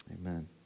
Amen